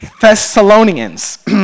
Thessalonians